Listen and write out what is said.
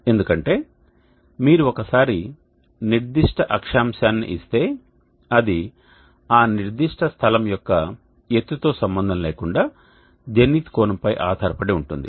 ఎందుకంటే మీరు ఒకసారి నిర్దిష్ట అక్షాంశాన్ని ఇస్తే అది ఆ నిర్దిష్ట స్థలం యొక్క ఎత్తు తో సంబంధం లేకుండా జెనిత్ కోణం పై ఆధార పడి ఉంటుంది